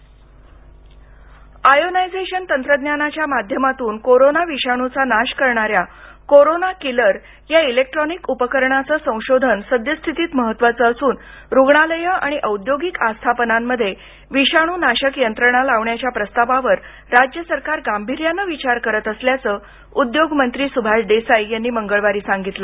corona killer ionization तंत्रज्ञानाच्या माध्यमातून corona विषाणूचा नाश करणाऱ्या कोरोना किलर इलेक्ट्रॉनिक उपकरणाचं संशोधन सद्यस्थितीत महत्वाचं असून रुग्णालयं आणि औद्योगिक आस्थापनांमध्ये विषाणूनाशक यंत्रणा लावण्याचा प्रस्तावावर राज्य सरकार गांभीर्याने विचार करत असल्याचं उद्योग मंत्री सुभाष देसाई यांनी मंगळवारी सांगितलं